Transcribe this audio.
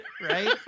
Right